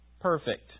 perfect